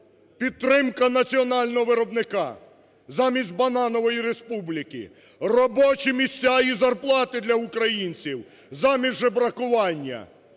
підтримка національного виробника замість "бананової республіки", робочі місця і зарплати для українців замість жебракування.